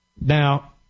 Now